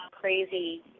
crazy